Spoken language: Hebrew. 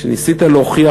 שניסית להוכיח,